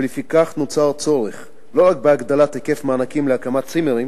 ולפיכך נוצר צורך לא רק בהגדלת היקף המענקים להקמת צימרים